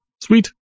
Sweet